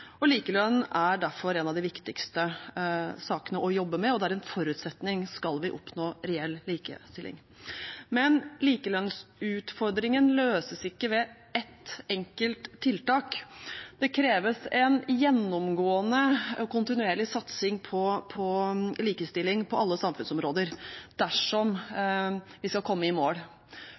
og menn. Likelønn er derfor en av de viktigste sakene å jobbe med, og det er en forutsetning om vi skal oppnå reell likestilling. Men likelønnsutfordringen løses ikke ved et enkelt tiltak. Det kreves en gjennomgående og kontinuerlig satsing på likestilling på alle samfunnsområder dersom vi skal komme i mål.